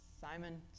Simon